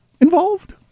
involved